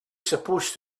supposed